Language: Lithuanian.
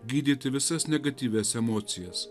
gydyti visas negatyvias emocijas